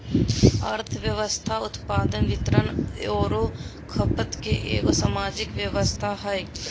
अर्थव्यवस्था उत्पादन, वितरण औरो खपत के एगो सामाजिक व्यवस्था हइ